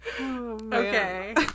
Okay